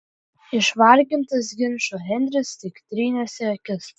išvargintas ginčo henris tik trynėsi akis